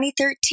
2013